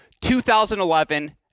2011